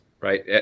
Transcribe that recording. right